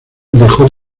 dejó